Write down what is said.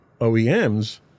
oems